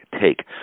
take